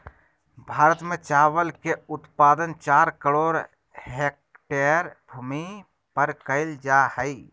भारत में चावल के उत्पादन चार करोड़ हेक्टेयर भूमि पर कइल जा हइ